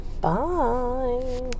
bye